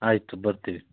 ಆಯಿತು ಬರ್ತೀವಿ